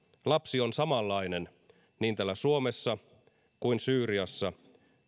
lapsi on samanlainen niin täällä suomessa kuin syyriassa